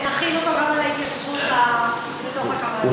ונחיל אותו גם על ההתיישבות בתוך הקו הירוק.